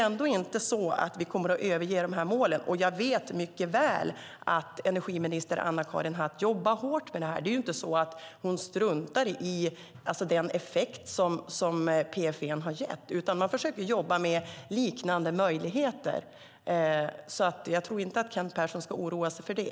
Vi kommer inte att överge de här målen, och jag vet mycket väl att energiminister Anna-Karin Hatt jobbar hårt med detta. Det är ju inte så att hon struntar i den effekt som PFE har gett, utan man försöker jobba med liknande möjligheter. Jag tror därför inte att Kent Persson ska oroa sig för det.